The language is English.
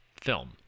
film